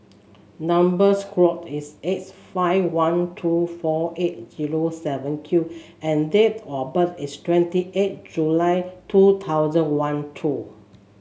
number square is S five one two four eight zero seven Q and date of birth is twenty eight July two thousand one two